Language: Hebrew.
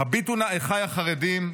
הביטו נא, אחיי החרדים,